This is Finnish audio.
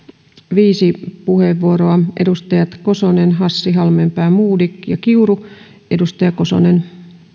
viisi puheenvuoroa edustajat kosonen hassi halmeenpää modig ja kiuru edustaja kosonen